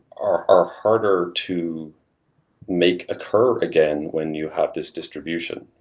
are are harder to make occur again when you have this distribution.